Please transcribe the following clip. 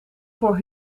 voor